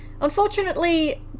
Unfortunately